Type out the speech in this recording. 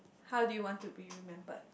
how do you want to be remembered